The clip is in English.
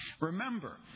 Remember